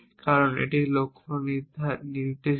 কারণ এটি লক্ষ্য নির্দেশিত